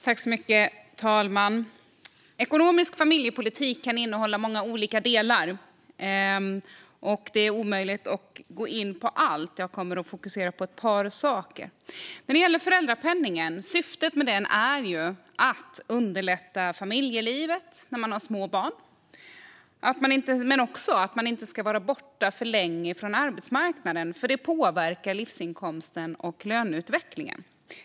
Fru talman! Ekonomisk familjepolitik kan innehålla många olika delar, och det är omöjligt att gå in på allt. Jag kommer att fokusera på ett par saker. Syftet med föräldrapenningen är att underlätta familjelivet när man har små barn och att man inte ska vara borta för länge från arbetsmarknaden eftersom det påverkar livsinkomsten och löneutvecklingen.